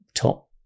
Top